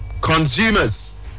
consumers